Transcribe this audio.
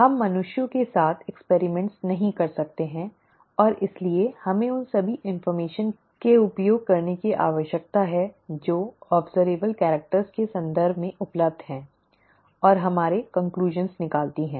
हम मनुष्यों के साथ प्रयोग नहीं कर सकते हैं और इसलिए हमें उन सभी सूचनाओं के उपयोग करने की आवश्यकता है जो अब्ज़र्वबल कैरिक्टॅर्स के संदर्भ में उपलब्ध हैं और हमारे निष्कर्ष निकालती हैं